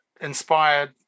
inspired